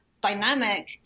dynamic